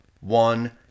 one